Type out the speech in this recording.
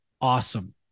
awesome